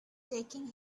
taking